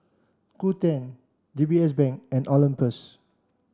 Qoo ten D B S Bank and Olympus